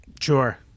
Sure